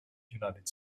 united